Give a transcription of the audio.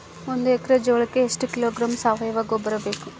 ಒಂದು ಎಕ್ಕರೆ ಜೋಳಕ್ಕೆ ಎಷ್ಟು ಕಿಲೋಗ್ರಾಂ ಸಾವಯುವ ಗೊಬ್ಬರ ಬೇಕು?